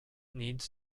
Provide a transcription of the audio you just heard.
needs